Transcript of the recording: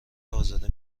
ازاده